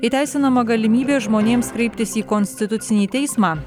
įteisinama galimybė žmonėms kreiptis į konstitucinį teismą